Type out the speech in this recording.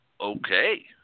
Okay